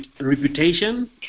reputation